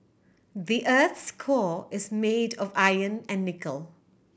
the earth's core is made of iron and nickel